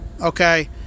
Okay